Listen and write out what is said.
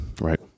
Right